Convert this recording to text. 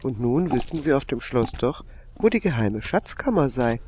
und nun wüßten sie auf dem schloß doch wo die geheime schatzkammer sei